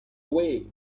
way